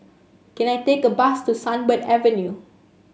can I take a bus to Sunbird Avenue